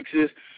Texas